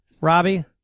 Robbie